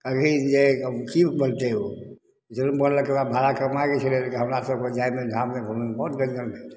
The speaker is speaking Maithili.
कहलकै जे की करतै ओ हमरा सबके जायमे धाममे घूमयमे बड्ड गंजन भेलै